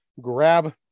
grab